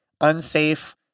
unsafe